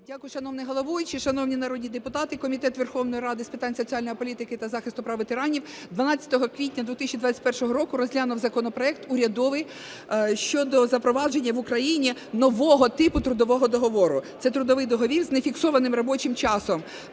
Дякую. Шановний головуючий, шановні народні депутати! Комітет з питань соціальної політики та захисту прав ветеранів 12 квітня 2021 року розглянув законопроект урядовий щодо запровадження в Україні нового типу трудового договору – це трудовий договір з нефіксованим робочим часом.